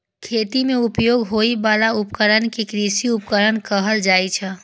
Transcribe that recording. खेती मे उपयोग होइ बला उपकरण कें कृषि उपकरण कहल जाइ छै